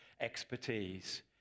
expertise